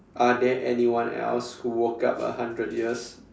are there anyone else who woke up a hundred years